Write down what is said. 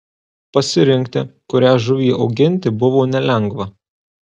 pasirinkti kurią žuvį auginti buvo nelengva